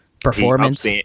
Performance